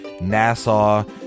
Nassau